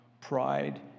pride